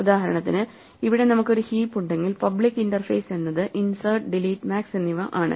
ഉദാഹരണത്തിന് ഇവിടെ നമുക്ക് ഒരു ഹീപ്പ് ഉണ്ടെങ്കിൽ പബ്ലിക് ഇന്റർഫേസ്എന്നത് ഇൻസേർട്ട് ഡിലീറ്റ് മാക്സ് എന്നിവ ആണ്